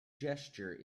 gesture